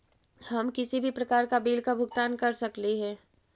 हम किसी भी प्रकार का बिल का भुगतान कर सकली हे?